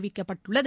அறிவிக்கப்பட்டுள்ளது